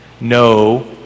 No